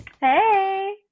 Hey